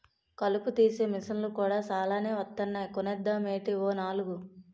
కలుపు తీసే మిసన్లు కూడా సాలానే వొత్తన్నాయ్ కొనేద్దామేటీ ఓ నాలుగు?